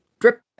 drip